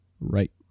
Right